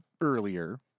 earlier